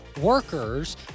workers